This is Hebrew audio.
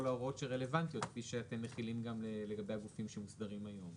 ההוראות שרלוונטיות כפי שאתם מחילים גם לגבי הגופים שמוסדרים היום.